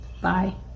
Bye